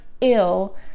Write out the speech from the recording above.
ill